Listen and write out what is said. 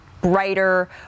brighter